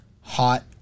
hot